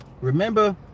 remember